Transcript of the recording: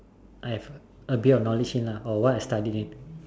I've have a bit of knowledge in lah or what I study in